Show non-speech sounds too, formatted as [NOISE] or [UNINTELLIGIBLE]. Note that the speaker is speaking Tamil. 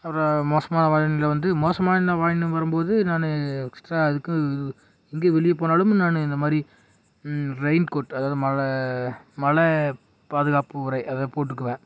அப்புறோம் மோசமான [UNINTELLIGIBLE] வந்து மோசமான [UNINTELLIGIBLE] வரும்போது நான் எக்ஸ்ட்ரா எதுக்கும் எங்கே வெளியே போனாலும் நான் இந்த மாதிரி ரெயின் கோட் அதாவது மழை மழை பாதுகாப்பு உறை அதை போட்டுக்குவேன்